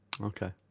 Okay